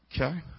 Okay